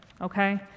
okay